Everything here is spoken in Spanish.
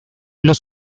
los